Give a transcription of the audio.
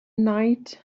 night